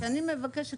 אני פשוט מבקשת,